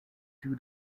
two